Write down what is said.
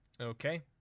Okay